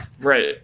Right